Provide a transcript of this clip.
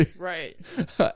Right